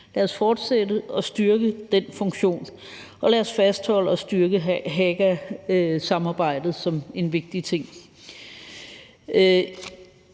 Lad os fortsætte og styrke den funktion, og lad os fastholde og styrke Hagasamarbejdet som en vigtig ting.